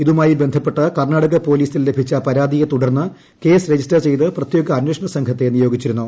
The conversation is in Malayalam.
ഇതുമായി ബന്ധപ്പെട്ട് ക്ടർണാടക പൊലീസിൽ ലഭിച്ച പരാതിയെ തുടർന്ന് കേസ് രജിസ്റ്റർ ്ചെയ്ത് പ്രത്യേക അന്വേഷണ സംഘത്തെ നിയോഗിച്ചിരുന്നു